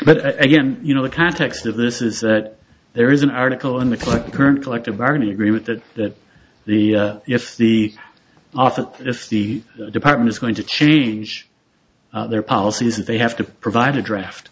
but again you know the context of this is that there is an article in the current collective bargaining agreement that that the if the if the department is going to cheat their policies and they have to provide a draft